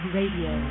Radio